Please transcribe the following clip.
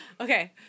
Okay